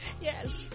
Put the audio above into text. yes